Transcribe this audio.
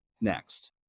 next